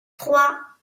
trois